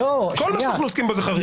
כל מה שאנחנו עוסקים בו הוא חריג.